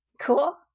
cool